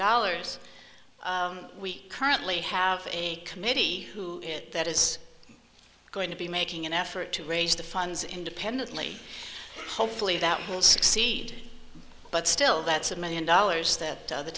dollars we currently have a committee that is going to be making an effort to raise the funds independently hopefully that will succeed but still that's a million dollars that the